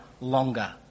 longer